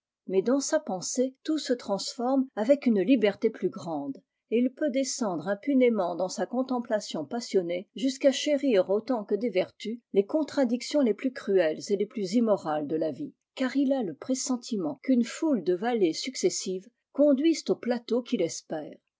mais dans sa pensée tout se transforme avec une liberté plus grande et il peut descendre impunément dans sa contemplation passionnée jusqu'à chérir autant que des vertus les contradictions les plus cruelles et les plus immorales de la vie car il a le pressentiment qu'une foule de vallées successives conduisent au plateau qu'il espère